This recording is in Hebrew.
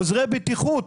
עוזרי בטיחות,